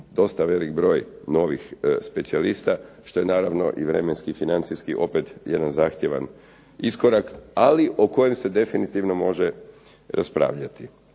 dosta velik broj novih specijalista, što je naravno i vremenski i financijski opet jedan zahtjevan iskorak, ali o kojem se definitivno može raspravljati.